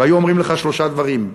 והיו אומרים לך שלושה דברים.